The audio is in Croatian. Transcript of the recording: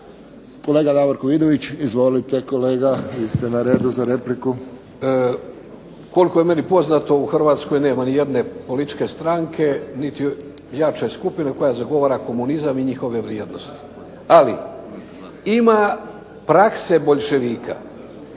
Kolega Davorko Vidović. Izvolite kolege vi ste na redu za repliku. **Vidović, Davorko (SDP)** Koliko je meni poznato u Hrvatskoj nema niti jedne političke stranke niti jače skupine koja zagovara komunizam i njihove vrijednosti. Ali ima prakse boljševika.